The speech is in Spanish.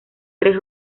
tres